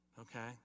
okay